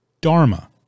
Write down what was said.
Dharma